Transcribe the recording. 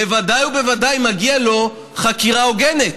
בוודאי ובוודאי מגיעה לו חקירה הוגנת.